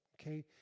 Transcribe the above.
okay